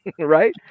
right